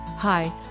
Hi